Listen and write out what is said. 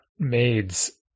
Maids